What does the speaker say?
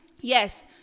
yes